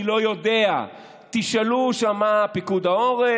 אני לא יודע, תשאלו שם את פיקוד העורף.